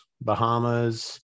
Bahamas